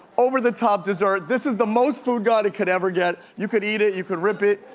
over the top dessert. this is the most foodgod it could ever get. you could eat it. you could rip it.